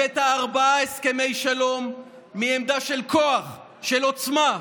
הבאת ארבעה הסכמי שלום מעמדה של כוח, של עוצמה.